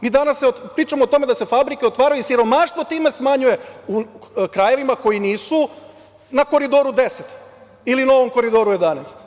Mi danas pričamo o tome da se fabrike otvaraju i siromaštvo time smanjuje u krajevima koji nisu na Koridoru 10 ili novom Koridoru 11.